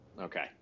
Okay